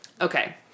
Okay